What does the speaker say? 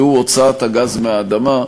והוא הוצאת הגז מהאדמה,